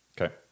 Okay